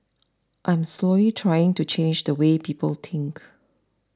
I'm slowly trying to change the way people think